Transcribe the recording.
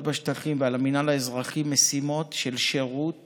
בשטחים ועל המינהל האזרחי משימות של שירות